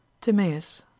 Timaeus